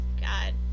God